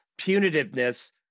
punitiveness